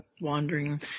Wandering